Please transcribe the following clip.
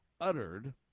uttered